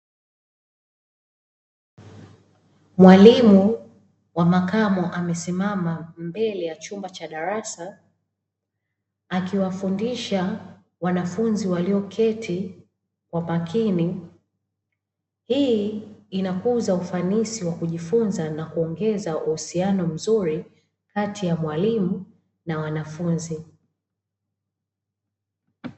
Mwalimu wa makamo, amesimama mbele ya chumba cha darasa akiwafundisha wanafunzi walioketi kwa makini. Hii inakuza ufanisi wa kujifunza na kuongeza uhusiano mzuri kati ya mwalimu na wanafunzi.